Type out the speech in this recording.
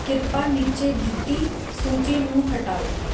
ਕਿਰਪਾ ਨੀਚੇ ਦਿੱਤੀ ਸੂਚੀ ਨੂੰ ਹਟਾਓ